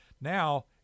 now